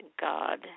God